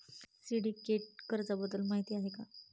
Syndicate कर्जाबद्दल माहिती आहे का?